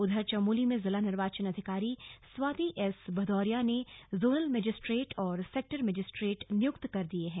उधर चमोली में जिला निर्वाचन अधिकारी स्वाति एस भदौरिया ने जोनल मजिस्ट्रेट और सैक्टर मजिस्ट्रेट नियुक्त कर दिए हैं